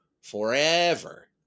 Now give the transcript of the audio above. forever